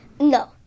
No